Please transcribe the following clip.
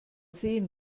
sehen